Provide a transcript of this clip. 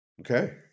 Okay